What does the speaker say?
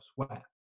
elsewhere